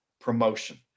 promotion